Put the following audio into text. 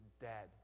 dead